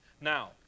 Now